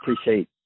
appreciate